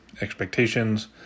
expectations